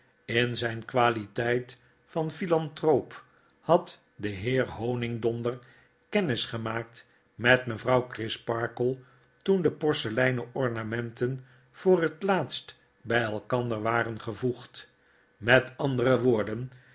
in zyn qualiteit van philanthroop hadde heer honigdonder kennis gemaakt met mevrouw crisparkle toen de porseleinen ornamenten voor het laatst bij elkander waren gevoegd met andere woorden